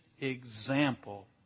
example